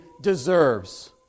deserves